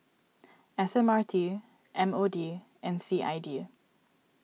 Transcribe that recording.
S M R T M O D and C I D